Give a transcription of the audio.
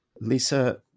Lisa